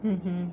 mmhmm